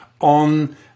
on